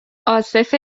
عاصف